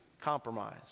compromise